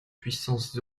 puissances